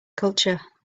culture